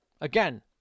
again